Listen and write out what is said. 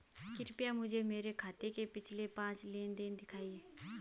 कृपया मुझे मेरे खाते के पिछले पांच लेन देन दिखाएं